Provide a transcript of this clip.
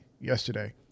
yesterday